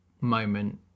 moment